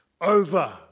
over